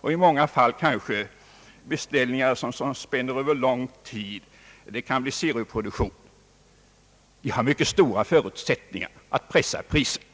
och i många fall kanske beställningar som spänner över lång tid så att det kan bli fråga om serieproduktion, har mycket stora förutsättningar att pressa priserna.